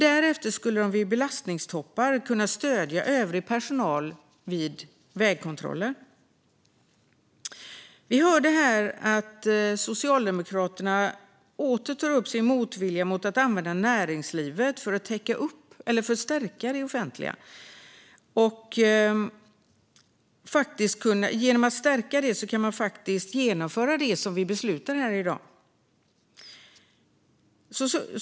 Därefter skulle de vid belastningstoppar kunna stödja övrig personal vid vägkontroller. Vi hörde här att Socialdemokraterna åter tog upp sin motvilja mot att använda näringslivet för att stärka det offentliga. Men genom att göra det kan man faktiskt genomföra det som vi ska besluta om.